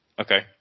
Okay